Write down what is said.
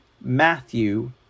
Matthew